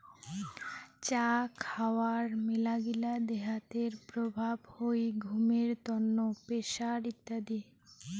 চা খাওয়ার মেলাগিলা দেহাতের প্রভাব হই ঘুমের তন্ন, প্রেসার ইত্যাদি